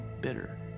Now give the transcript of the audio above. bitter